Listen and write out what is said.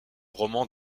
roman